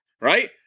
right